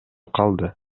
калды